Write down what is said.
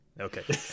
okay